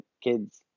kids